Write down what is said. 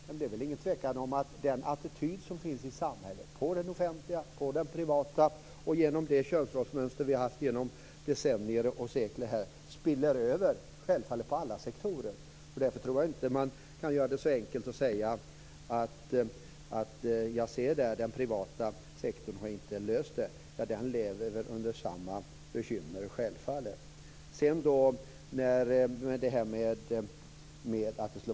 Men det är väl inget tvivel om att den attityd som finns i samhället, på den offentliga och på den privata sektorn och genom de könsrollsmönster som vi har haft genom decennier och sekler, spiller över på alla sektorer. Därför tror jag inte att man kan göra det så enkelt som att säga att den privata sektorn inte har löst detta. Den lever självfallet med samma bekymmer. Jag vill också ta upp detta med yrkesförbud.